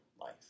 life